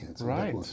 Right